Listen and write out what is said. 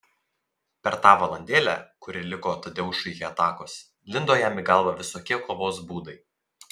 per tą valandėlę kuri liko tadeušui iki atakos lindo jam į galvą visokie kovos būdai